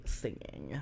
singing